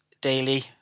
daily